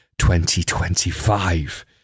2025